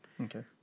Okay